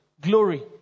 glory